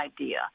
idea